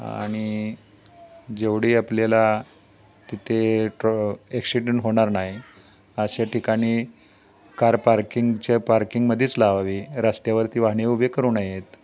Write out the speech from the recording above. आणि जेवढी आपल्याला तिथे ट्र एक्सिडेंट होणार नाही अशा ठिकाणी कार पार्किंगच्या पार्किंगमध्येच लावावी रस्त्यावरती वाहने उभी करू नयेत